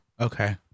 okay